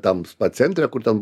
tam spa centre kur ten